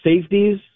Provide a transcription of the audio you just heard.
safeties